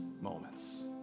moments